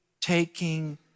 taking